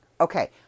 okay